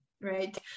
right